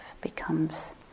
becomes